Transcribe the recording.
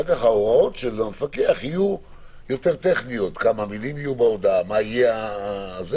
הוראות המפקח יהיו יותר טכניות: כמה מילים יהיו בהודעה וכו'.